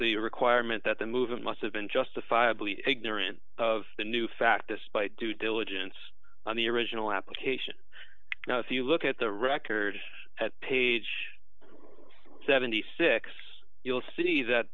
the requirement that the move must have been justifiably ignorant of the new fact despite due diligence on the original application now if you look at the record at page seventy six dollars you'll see that